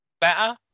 better